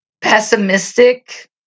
pessimistic